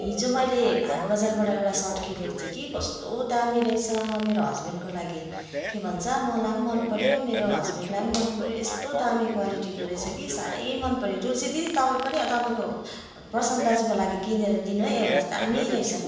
हिजो मैले हाट बजारबाट एउटा सर्ट किनेको थिएँ कि कस्तो दामी रहेछ मेरो हज्बेन्डको लागि के भन्छ मलाई पनि मन पऱ्यो मेरो हज्बेन्डलाई पनि पनि मन पऱ्यो यस्तो दामी क्वालिटीको रहेछ कि साह्रै मन पऱ्यो तुलसी दिदी तपाईँपनि तपाईको प्रशान्त दाजुको लागि किनेर दिनु है एउटा दामी रहेछ